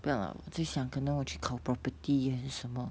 不要 lah 我自己想可能我去考 property 还是什么